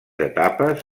etapes